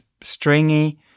stringy